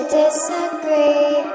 disagree